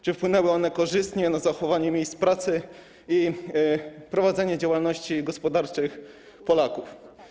Czy wpłynęły one korzystnie na zachowanie miejsc pracy i prowadzenie działalności gospodarczych Polaków?